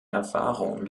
erfahrung